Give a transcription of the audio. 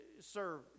serve